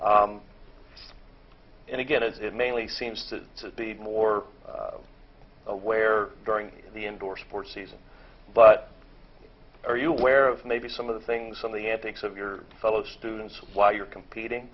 and again it's mainly seems to be more aware during the indoor sports season but are you aware of maybe some of the things some of the antics of your fellow students while you're competing